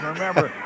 Remember